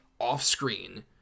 off-screen